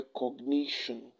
recognition